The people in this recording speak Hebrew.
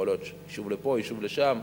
יכול להיות יישוב לפה, יישוב לשם.